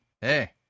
Hey